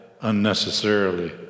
unnecessarily